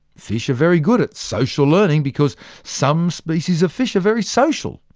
fish are very good at social learning, because some species of fish are very social.